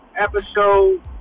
episode